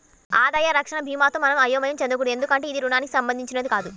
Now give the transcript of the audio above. ఆదాయ రక్షణ భీమాతో మనం అయోమయం చెందకూడదు ఎందుకంటే ఇది రుణానికి సంబంధించినది కాదు